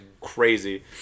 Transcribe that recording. crazy